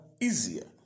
easier